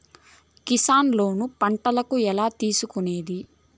Kisan loan పంటలకు ఎలా తీసుకొనేది?